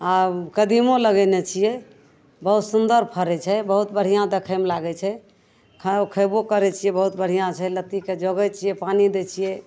आब कदीमो लगेने छिए बहुत सुन्दर फड़ै छै बहुत बढ़िआँ देखैमे लागै छै खऽ खएबो करै छिए बहुत बढ़िआँ छै लत्तीके जोगै छिए पानि दै छिए